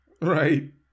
Right